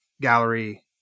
gallery